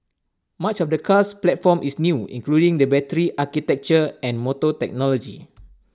much of the car's platform is new including the battery architecture and motor technology